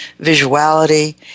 Visuality